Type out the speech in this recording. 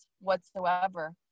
whatsoever